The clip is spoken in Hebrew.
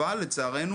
אבל לצערנו